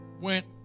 went